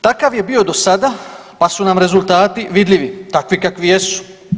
Takav je bio do sada, pa su nam rezultati vidljivi takvi kakvi jesu.